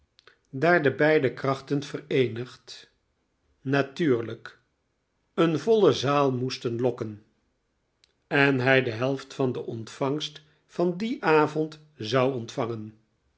daar de beide krachten vereenigd natuurlijk eene voile zaal moesten lokken en hij de helft van de ontvangst van dien avond zou ontvangen